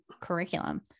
curriculum